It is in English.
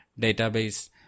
database